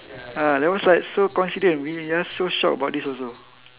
uh that was like so coincidence we are so shocked about this also